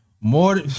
More